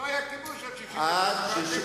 לא היה כיבוש עד 67', ואתם, טרור.